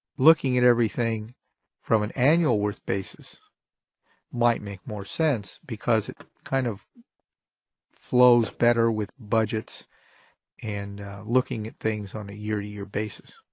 looking at everything from an annual worth basis might make more sense because it kind of flows better with budgets and looking at things on a year to year basis.